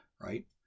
right